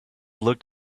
looked